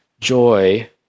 joy